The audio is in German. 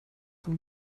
von